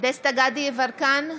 דסטה גדי יברקן,